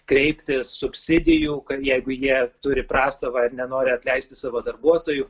kreiptis subsidijų jeigu jie turi prastovą ir nenori atleisti savo darbuotojų